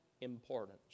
importance